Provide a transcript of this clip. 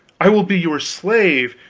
i will be your slave,